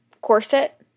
Corset